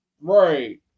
Right